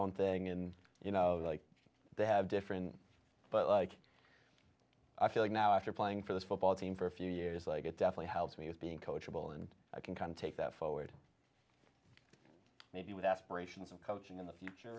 own thing and you know like they have different but like i feel like now after playing for this football team for a few years like it definitely helped me as being coachable and i can kind of take that forward maybe with aspirations of coaching in the future